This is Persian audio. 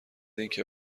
اینکه